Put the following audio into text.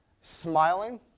smiling